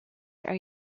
are